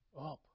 up